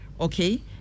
okay